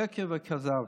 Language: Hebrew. שקר וכזב.